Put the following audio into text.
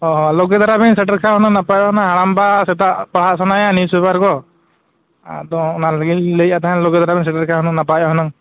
ᱞᱚᱜᱚᱱ ᱫᱷᱟᱨᱟᱵᱮᱱ ᱥᱮᱴᱮᱨᱞᱮ ᱠᱷᱟᱡ ᱚᱱᱟ ᱱᱟᱯᱟᱭᱚᱜᱼᱟ ᱚᱱᱟ ᱦᱟᱲᱟᱢᱵᱟ ᱥᱮᱛᱟᱜ ᱯᱟᱲᱦᱟᱜ ᱥᱟᱱᱟᱭᱮᱭᱟ ᱱᱤᱭᱩᱡᱽ ᱯᱮᱯᱟᱨ ᱠᱚ ᱟᱫᱚ ᱚᱱᱟ ᱞᱤᱭᱮᱞᱤᱧ ᱞᱟᱹᱭᱮᱫ ᱛᱟᱦᱮᱱ ᱞᱚᱜᱚᱱ ᱫᱷᱟᱨᱟᱵᱮᱱ ᱥᱮᱴᱮᱨ ᱞᱮᱠᱷᱟᱡ ᱱᱟᱯᱟᱭᱚᱜᱼᱟ ᱦᱩᱱᱟᱹᱝ